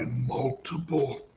multiple